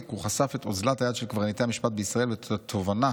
הוא חשף את אוזלת היד של קברניטי המשפט בישראל ואת התובנה